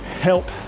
help